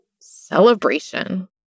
celebration